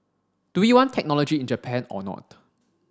do we want technology in Japan or not